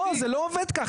זה לא עובד ככה.